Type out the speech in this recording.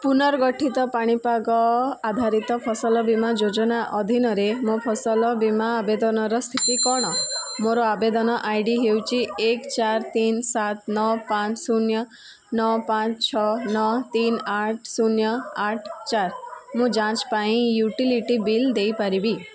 ପୁନର୍ଗଠିତ ପାଣିପାଗ ଆଧାରିତ ଫସଲ ବୀମା ଯୋଜନା ଅଧୀନରେ ମୋ ଫସଲ ବୀମା ଆବେଦନର ସ୍ଥିତି କ'ଣ ମୋର ଆବେଦନ ଆଇ ଡ଼ି ହେଉଛି ଏକ ଚାରି ତିନି ସାତ ନଅ ପାଞ୍ଚ ଶୂନ୍ୟ ନଅ ପାଞ୍ଚ ଛଅ ନଅ ତିନି ଆଠ ଶୂନ୍ୟ ଆଠ ଚାରି ମୁଁ ଯାଞ୍ଚ ପାଇଁ ୟୁଟିଲିଟି ବିଲ୍ ଦେଇପାରିବି